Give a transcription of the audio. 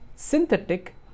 Synthetic